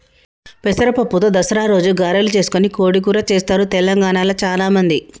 పెసర పప్పుతో దసరా రోజు గారెలు చేసుకొని కోడి కూర చెస్తారు తెలంగాణాల చాల మంది